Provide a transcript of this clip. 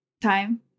Time